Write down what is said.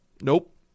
nope